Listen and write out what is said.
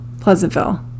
Pleasantville